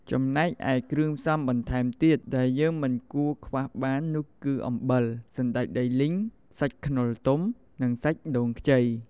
ចំណែកឯ គ្រឿងផ្សំំបន្ថែមទៀតដែលយើងមិនគួរខ្វះបាននោះគឺ អំបិល សណ្ដែកដីលីង សាច់ខ្នុរទុំ និងសាច់ដូងខ្ចី។